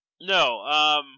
No